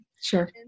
Sure